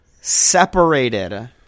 separated